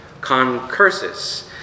Concursus